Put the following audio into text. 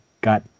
got